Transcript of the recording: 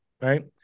Right